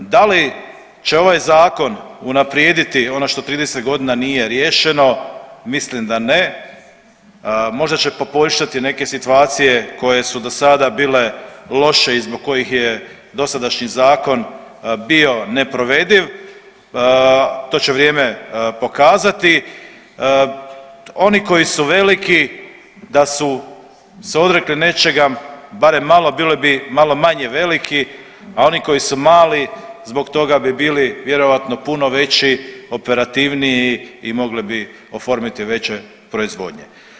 Da li će ovaj zakon unaprijediti ono što 30.g. nije riješeno mislim da ne, možda će poboljšati neke situacije koje su do sada bile loše i zbog kojih je dosadašnji zakon bio neprovediv, to će vrijeme pokazati, oni koji su veliki da su se odrekli nečega barem malo bili bi malo manje veliki, a oni koji su mali zbog toga bi bili vjerojatno puno veći, operativniji i mogli bi oformiti veće proizvodnje.